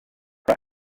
when